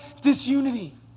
disunity